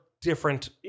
different